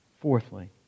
Fourthly